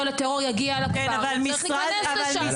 לטרור יגיע לכפר הוא יצטרך להיכנס לשם מה נעשה?